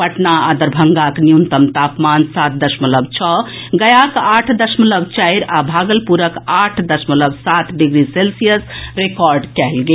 पटना आ दरभंगाक न्यूनतम तापमान सात दशमलव छओ गयाक आठ दशमलव चारि आ भागलपुरक आठ दशमलव सात डिग्री सेल्सियस रिकॉर्ड कयल गेल